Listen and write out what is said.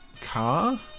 car